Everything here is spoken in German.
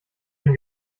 dem